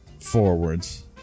forwards